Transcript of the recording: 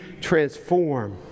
transform